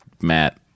Matt